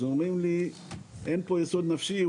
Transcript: אז אומרים לי יש פה יסוד נפשי,